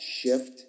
shift